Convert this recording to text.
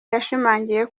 yashimangiye